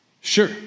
sure